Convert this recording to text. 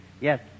Yes